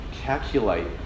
calculate